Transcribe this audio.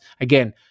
again